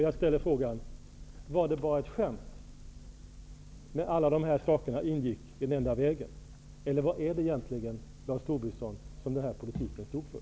Jag ställer frågan: Var det bara ett skämt när alla de här sakerna ingick i den enda vägen eller vad är det egentligen den politiken står för?